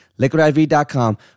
liquidiv.com